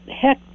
Heck